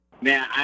Man